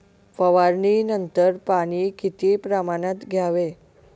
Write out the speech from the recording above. फवारणीनंतर पाणी किती प्रमाणात द्यावे?